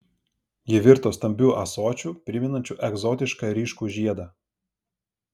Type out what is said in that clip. ji virto stambiu ąsočiu primenančiu egzotišką ryškų žiedą